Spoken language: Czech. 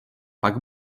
pak